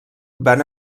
van